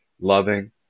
loving